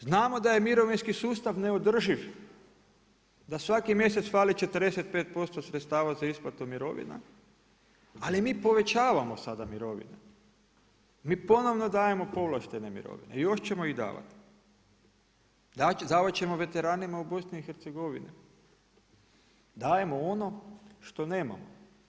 Znamo da je mirovinski sustav neodrživ, da svaki mjesec fali 45% sredstava za isplatu mirovina ali mi povećavamo sada mirovine, mi ponovno dajemo povlaštene mirovine i još ćemo ih davati. … ćemo veteranima u BiH, dajemo ono što nemamo.